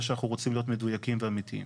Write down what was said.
שאנחנו רוצים להיות מדויקים ואמיתיים.